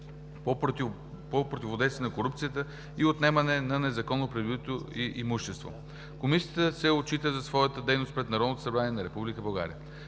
по противодействие на корупцията и отнемане на незаконно придобитото имущество. Комисията се отчита за своята дейност пред Народното събрание на Република България.